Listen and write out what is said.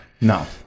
no